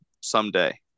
someday